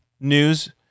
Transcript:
news